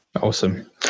Awesome